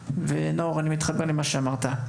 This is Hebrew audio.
נאור אני מתחבר למה שאמרת,